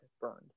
burned